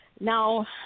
now